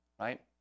right